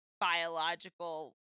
biological